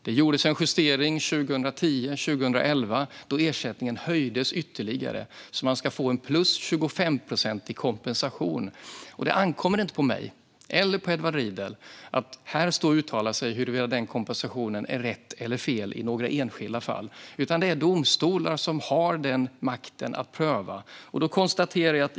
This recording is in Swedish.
Det gjordes en justering 2010-2011, då ersättningen höjdes ytterligare, så att man ska få en kompensation på plus 25 procent. Det ankommer inte på mig eller på Edward Riedl att här stå och uttala sig om huruvida kompensationen är rätt eller fel i några enskilda fall, utan det är domstolar som har makten att pröva det.